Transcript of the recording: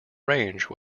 range